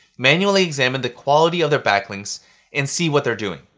manually examine the quality of their backlinks and see what they're doing.